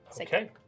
Okay